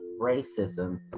racism